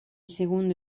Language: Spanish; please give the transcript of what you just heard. segundo